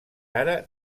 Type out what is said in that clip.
ara